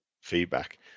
feedback